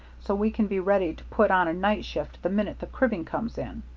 so we can be ready to put on a night shift the minute the cribbing comes in.